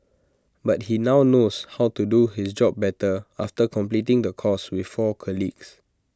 but he now knows how to do his job better after completing the course with four colleagues